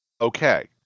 Okay